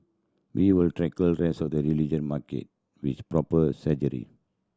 we will tackle rest of the religion market with proper strategy